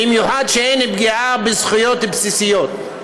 במיוחד שאין פגיעה בזכויות בסיסיות.